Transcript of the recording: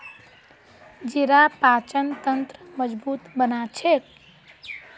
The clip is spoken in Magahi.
जीरा पाचन तंत्रक मजबूत बना छेक